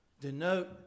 denote